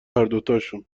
هردوتاشون